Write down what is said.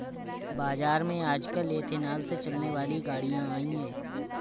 बाज़ार में आजकल एथेनॉल से चलने वाली गाड़ियां आई है